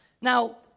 now